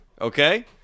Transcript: okay